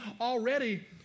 already